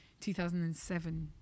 2007